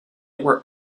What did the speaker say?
were